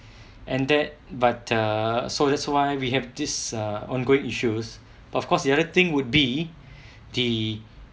and that but uh so that's why we have this err on going issues but of course the other thing would be the